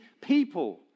people